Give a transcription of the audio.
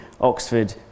Oxford